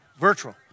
Virtual